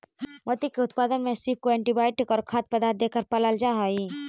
मोती के उत्पादन में सीप को एंटीबायोटिक और खाद्य पदार्थ देकर पालल जा हई